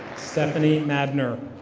stephanie madner.